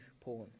porn